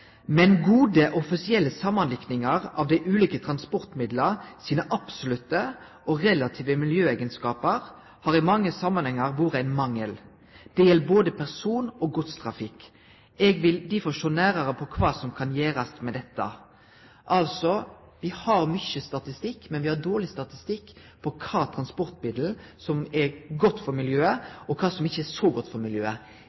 gode offisielle samanlikningar av dei ulike transportmidla sine absolutte og relative miljøeigenskapar har i mange samanhengar vore ein mangel. Dette gjeld både person- og godstrafikk. Eg vil difor sjå nærare på kva som kan gjerast med dette.» Altså: Me har mykje statistikk, men me har dårleg statistikk på kva transportmiddel som er godt for